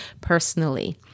personally